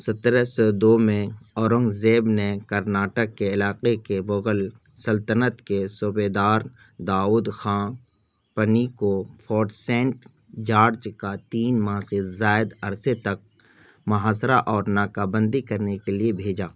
سترہ سو دو میں اورنگزیب نے کرناٹک کے علاقے کے مغل سلطنت کے صوبیدار داؤد خاں پنی کو فورٹ سینٹ جارج کا تین ماہ سے زائد عرصے تک محاصرہ اور ناکہ بندی کرنے کے لیے بھیجا